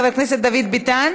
הצעת חוק הבחירות לכנסת (תיקון